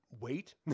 wait